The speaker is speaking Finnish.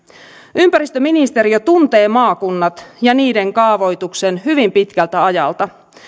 ympäristöministeriö tuntee maakunnat ja niiden kaavoituksen hyvin pitkältä ajalta